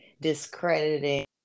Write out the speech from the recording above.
discrediting